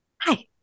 hi